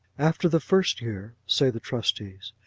after the first year say the trustees,